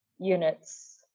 units